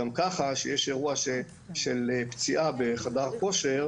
גם ככה כשיש אירוע של פציעה בחדר כושר,